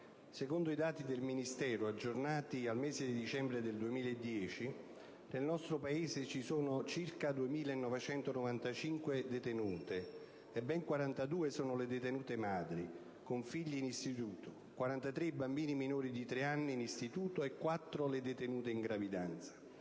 secondo i dati del Ministero, aggiornati al mese di dicembre 2010, nel nostro Paese ci sono circa 2.995 detenute, e ben 42 sono le detenute madri con figli in istituto, 43 i bambini minori di tre anni in istituto e 4 le detenute in gravidanza.